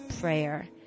prayer